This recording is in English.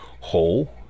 whole